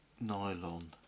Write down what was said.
nylon